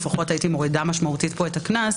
לפחות הייתי מורידה משמעותית את הקנס,